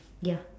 ya